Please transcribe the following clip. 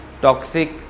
toxic